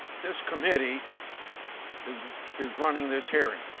this committee is is running this hearing,